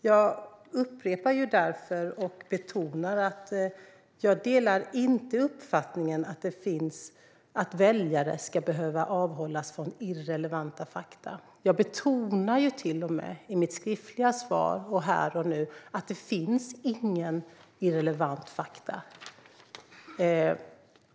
Jag upprepar därför och betonar att jag inte delar uppfattningen att väljarna ska undanhållas irrelevanta fakta. Jag betonar till och med i mitt skriftliga svar och även här och nu att det inte finns några irrelevanta fakta.